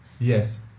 yes